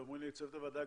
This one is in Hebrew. אומרים לי צוות הוועדה,